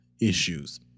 issues